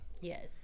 Yes